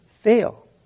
Fail